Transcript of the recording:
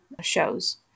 shows